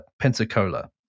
Pensacola